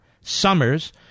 Summers